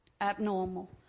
abnormal